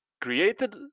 created